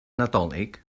nadolig